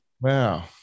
Wow